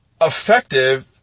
effective